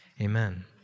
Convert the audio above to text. Amen